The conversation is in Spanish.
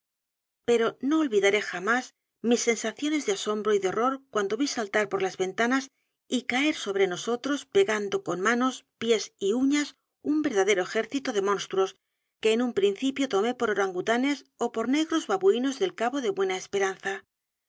pero no olvidaré jamás mis sensaciones de asombro y de horror cuando vi saltar por las ventanas y caer sobre nosotros pegando con manos pies y uñas un verdadero ejército de monstruos que en un principio tomé por orangutanes edgar poe novelas y cuentos ó por negros babuinos del cabo de buena esperanza